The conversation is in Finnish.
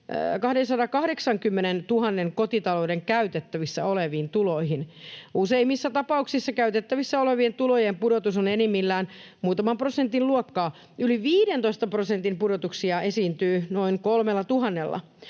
280 000 kotitalouden käytettävissä oleviin tuloihin. Useimmissa tapauksissa käytettävissä olevien tulojen pudotus on enimmillään muutaman prosentin luokkaa. Yli 15 prosentin pudotuksia esiintyy noin 3 000:lla.